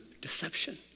deception